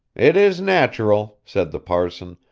it is natural, said the parson,